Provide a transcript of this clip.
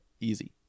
easy